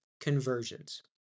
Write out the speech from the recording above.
conversions